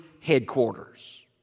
headquarters